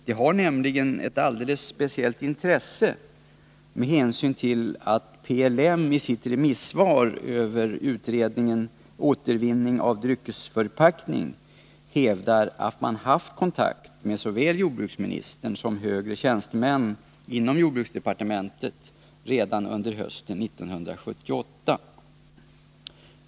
Det har nämligen ett alldeles speciellt intresse med hänsyn till att PLM i sitt remissvar över utredningen Återvinning av dryckesförpackning hävdar att man haft kontakt med såväl jordbruksministern som högre tjänstemän inom jordbruksdepartement redan under hösten 1978.